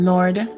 Lord